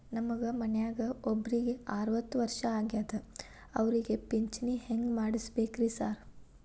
ನಮ್ ಮನ್ಯಾಗ ಒಬ್ರಿಗೆ ಅರವತ್ತ ವರ್ಷ ಆಗ್ಯಾದ ಅವ್ರಿಗೆ ಪಿಂಚಿಣಿ ಹೆಂಗ್ ಮಾಡ್ಸಬೇಕ್ರಿ ಸಾರ್?